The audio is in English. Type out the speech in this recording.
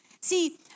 See